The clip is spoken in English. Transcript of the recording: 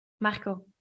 marco